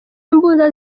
imbunda